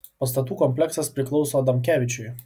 pastatų kompleksas priklauso adamkevičiui